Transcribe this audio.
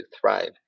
thrive